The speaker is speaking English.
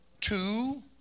two